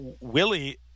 Willie